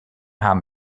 haben